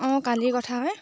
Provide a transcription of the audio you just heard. অঁ কালিৰ কথা হয়